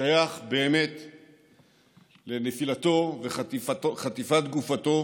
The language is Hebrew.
שייך לנפילתו וחטיפת גופתו